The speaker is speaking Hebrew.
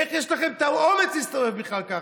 איך יש לכם את האומץ להסתובב בכלל ככה?